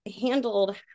handled